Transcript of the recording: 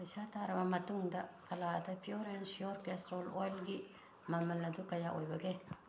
ꯄꯩꯁꯥ ꯇꯥꯔꯕ ꯃꯇꯨꯡꯗ ꯐꯂꯥꯗ ꯄꯤꯌꯣꯔ ꯑꯦꯟ ꯁ꯭ꯌꯣꯔ ꯀꯦꯁꯇ꯭ꯔꯣ ꯑꯣꯏꯜꯒꯤ ꯃꯃꯜ ꯑꯗꯨ ꯀꯌꯥ ꯑꯣꯏꯕꯒꯦ